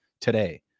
today